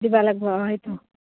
দিবা লাগব হয়তো